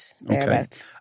thereabouts